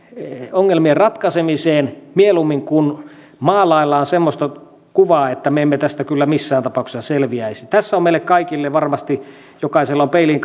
ongelmien ratkaisemiseksi mieluummin kuin maalaillaan semmoista kuvaa että me emme tästä kyllä missään tapauksessa selviäisi tässä on meille kaikille varmasti jokaisella on peiliin